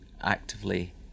actively